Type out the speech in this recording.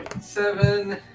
seven